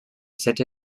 sent